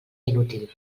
inútil